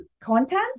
content